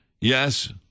Yes